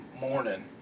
morning